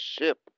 ship